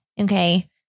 Okay